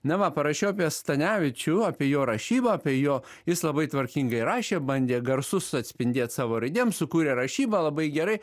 na va parašiau apie stanevičių apie jo rašybą apie jo jis labai tvarkingai rašė bandė garsus atspindėt savo raidėm sukūrė rašybą labai gerai